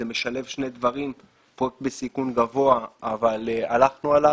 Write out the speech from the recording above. זה משלב שני דברים אבל הלכנו על זה.